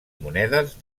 monedes